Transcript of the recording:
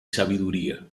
sabiduría